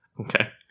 okay